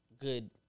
good